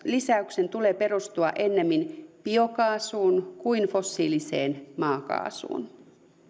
lisäyksen tulee perustua ennemmin biokaasuun kuin fossiiliseen maakaasuun